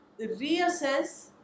reassess